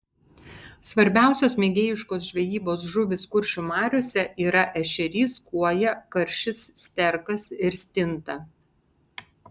svarbiausios mėgėjiškos žvejybos žuvys kuršių mariose yra ešerys kuoja karšis sterkas ir stinta